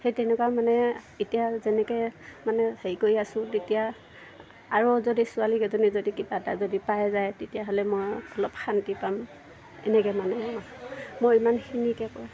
সেই তেনেকুৱা মানে এতিয়া যেনেকৈ মানে হেৰি কৰি আছোঁ তেতিয়া আৰু যদি ছোৱালীকেইজনী যদি কিবা এটা যদি পাই যায় তেতিয়াহ'লে মই অলপ শান্তি পাম এনেকৈ মানে মই ইমানখিনিকে কয়